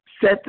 set